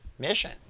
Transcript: mission